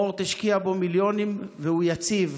מורט השקיע בו מיליונים, והוא יציב.